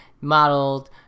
modeled